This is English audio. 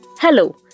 Hello